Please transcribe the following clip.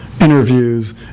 interviews